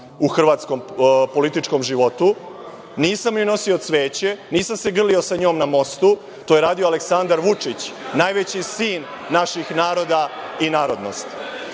u Hrvatskom političkom životu. Nisam joj nosio cveće, nisam se grlio sa njom na mostu, to je radio Aleksandar Vučić, najveći sin naših naroda i narodnosti. Što